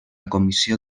comissió